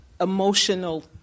emotional